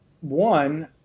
one